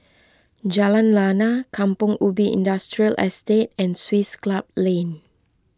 Jalan Lana Kampong Ubi Industrial Estate and Swiss Club Lane